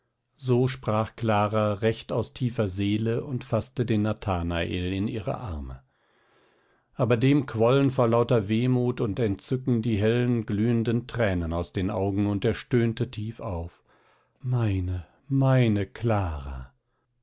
so sprach clara recht aus tiefer seele und faßte den nathanael in ihre arme aber dem quollen vor lauter wehmut und entzücken die hellen glühenden tränen aus den augen und er stöhnte tief auf meine meine clara